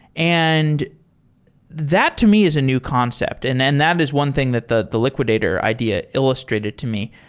and that to me is a new concept, and then that is one thing that the the liquidator idea illustrated to me.